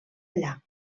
allà